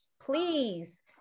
please